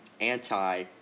anti